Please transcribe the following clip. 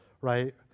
right